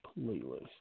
playlist